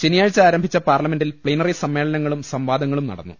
ശനിയാഴ്ച ആരംഭിച്ച പാർലമെന്റിൽ പ്ലീനറി സമ്മേളനങ്ങളും സംവാദങ്ങളും നടന്നു